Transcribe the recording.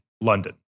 London